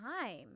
time